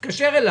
אני מתקשר אליו